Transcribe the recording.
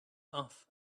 off